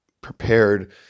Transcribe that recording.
prepared